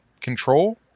control